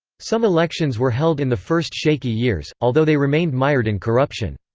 some elections were held in the first shaky years, although they remained mired in corruption.